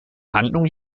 handlung